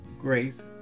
grace